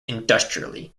industrially